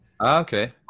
okay